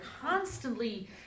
constantly